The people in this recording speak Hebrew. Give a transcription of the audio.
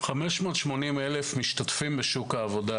580,000 משתתפים בשוק העבודה,